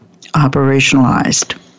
operationalized